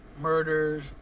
murders